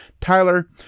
Tyler